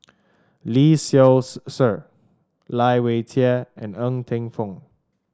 Lee Seow Ser Lai Weijie and Ng Teng Fong